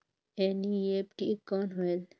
NEFT कौन होएल?